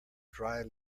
dry